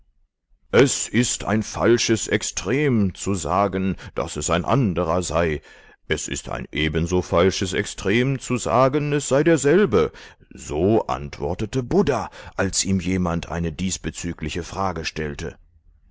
es ist ein falsches extrem zu sagen daß es ein anderer sei es ist ein ebenso falsches extrem zu sagen es sei derselbe so antwortete buddha als ihm jemand eine diesbezügliche frage stellte